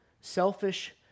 selfish